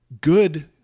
good